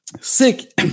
sick